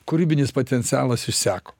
kūrybinis potencialas išseko